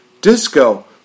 Disco